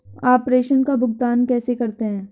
आप प्रेषण का भुगतान कैसे करते हैं?